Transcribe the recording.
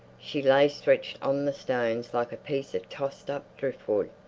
she lay stretched on the stones like a piece of tossed-up driftwood.